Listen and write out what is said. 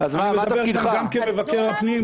אני מדבר איתכם גם כמבקר הפנים ואני מדבר כאן